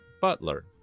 Butler